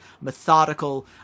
methodical